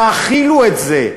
תכילו את זה.